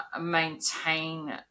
maintain